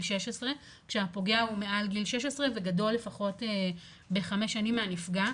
16 כשהפוגע הוא מעל גיל 16 וגדול לפחות ב-5 שנים מהנפגע,